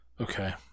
Okay